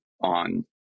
on